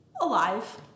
alive